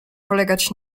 polegać